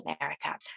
America